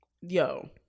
Yo